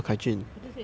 kai jun say it's not him